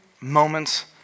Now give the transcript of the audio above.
moments